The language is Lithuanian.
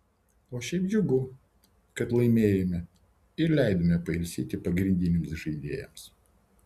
o šiaip džiugu kad laimėjome ir leidome pailsėti pagrindiniams žaidėjams